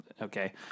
Okay